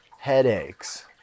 headaches